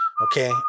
Okay